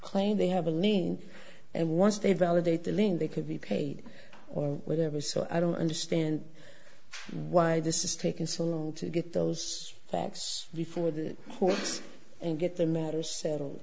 claim they have a lien and once they validate the lien they could be paid or whatever so i don't understand why this is taking so long to get those facts before the courts and get the matter settled